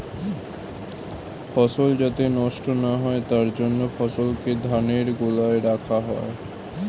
ফসল যাতে নষ্ট না হয় তার জন্য ফসলকে ধানের গোলায় রাখা হয়